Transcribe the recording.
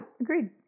agreed